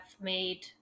made